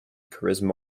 charisma